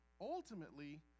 ultimately